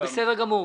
בסדר גמור.